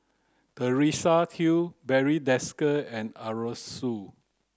Teresa Hsu Barry Desker and Arasu